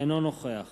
אינו נוכח